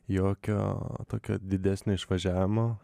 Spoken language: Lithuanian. jokio tokio didesnio išvažiavimo